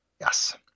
Yes